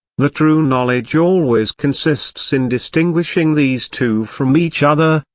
the true knowledge always consists in distinguishing these two from each other,